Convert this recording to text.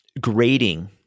grading